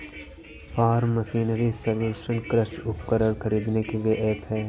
form machinery solution कृषि उपकरण खरीदने के लिए ऐप है